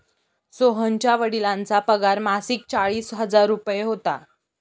सोहनच्या वडिलांचा पगार मासिक चाळीस हजार रुपये होता